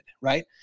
right